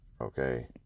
okay